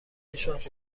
هیچوقت